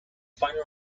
final